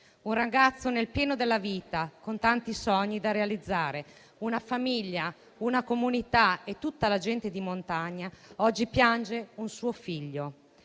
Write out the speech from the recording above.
un ragazzo nel pieno della vita, con tanti sogni da realizzare. Una famiglia, una comunità e tutta la gente di montagna oggi piangono un loro figlio: